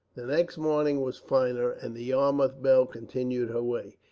the next morning was finer, and the yarmouth belle continued her way.